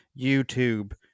YouTube